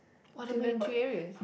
what are main two areas